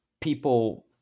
people